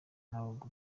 n’abo